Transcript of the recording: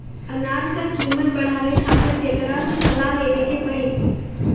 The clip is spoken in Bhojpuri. अनाज क कीमत बढ़ावे खातिर केकरा से सलाह लेवे के पड़ी?